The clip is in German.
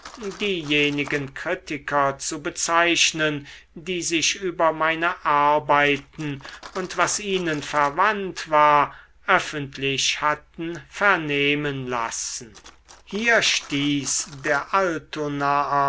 diejenigen kritiker zu bezeichnen die sich über meine arbeiten und was ihnen verwandt war öffentlich hatten vernehmen lassen hier stieß der altonaer